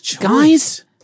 Guys